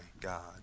God